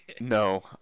No